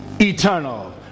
eternal